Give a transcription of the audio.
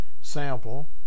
Sample